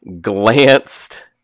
glanced